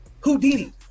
Houdini